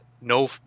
no